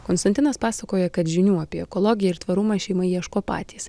konstantinas pasakoja kad žinių apie ekologiją ir tvarumą šeima ieško patys